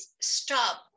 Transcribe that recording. stop